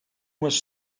was